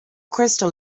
crystal